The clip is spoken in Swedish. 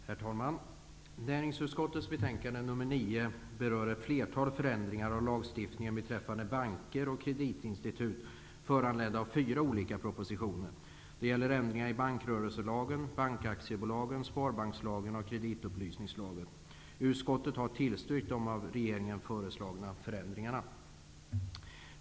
Herr talman! Näringsutskottets betänkande nr 9 berör ett flertal förändringar av lagstiftningen beträffande banker och kreditinstitut, föranledda av fyra olika propositioner. Det gäller ändringar i bankrörelselagen, bankaktiebolagslagen, sparbankslagen och kreditupplysningslagen. Utskottet har tillstyrkt de av regeringen föreslagna förändringarna.